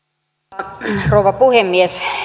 arvoisa rouva puhemies